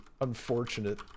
Unfortunate